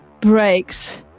breaks